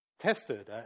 tested